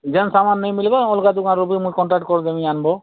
ଯେନ ସାମାନ ନେଇଁ ମିଲବା ଅଲଗା ଦୁକାନରୁ ବି ମୁଇଁ କଣ୍ଟାକ୍ଟ କରିଦେବି ଆନବ